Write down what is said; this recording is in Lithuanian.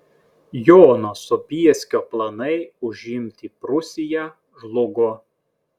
jono sobieskio planai užimti prūsiją žlugo